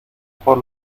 por